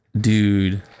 dude